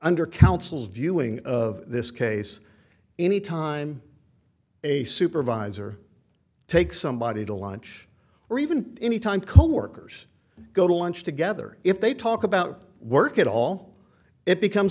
under counsel's viewing of this case any time a supervisor takes somebody to lunch or even any time coworkers go to lunch together if they talk about work at all it becomes